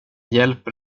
hjälper